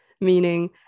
meaning